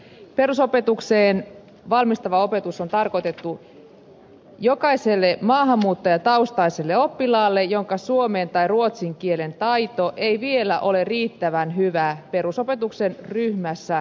perusopetukseen valmistava opetus on tarkoitettu jokaiselle maahanmuuttajataustaiselle oppilaalle jonka suomen tai ruotsin kielen taito ei vielä ole riittävän hyvä perusopetuksen ryhmässä opiskelemiseen